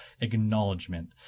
Acknowledgement